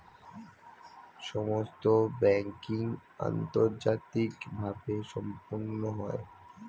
সমস্ত ব্যাংকিং আন্তর্জাতিকভাবে সম্পন্ন হয়